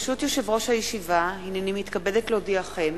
ברשות יושב-ראש הישיבה, הנני מתכבדת להודיעכם,